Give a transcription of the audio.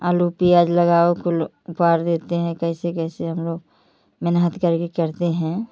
आलू प्याज़ लगाओ कुल उपार देते हैं कैसे कैसे हम लोग मेहनत करके करते हैं